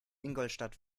ingolstadt